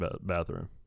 bathroom